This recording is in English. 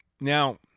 Now